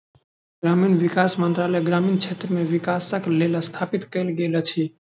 ग्रामीण विकास मंत्रालय ग्रामीण क्षेत्र मे विकासक लेल स्थापित कयल गेल अछि